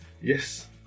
Yes